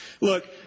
look